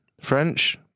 French